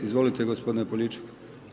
Izvolite gospodine Poljičak.